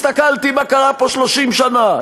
הסתכלתי מה קרה פה 30 שנה,